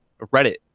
Reddit